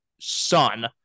son